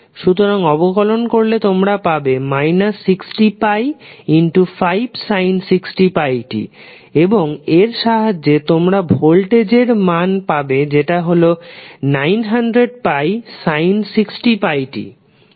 সুতরাং অবকলন করলে তোমরা পাবে 60π5sin 60πt এবং এর সাহায্যে তোমরা ভোল্টেজ এর মান পাবে যেটা হলো 900πsin 60πt